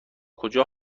کجا